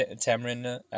tamarind